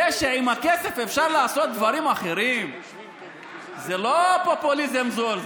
זה שעם הכסף אפשר לעשות דברים אחרים זה לא פופוליזם זול,